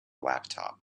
laptop